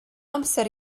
amser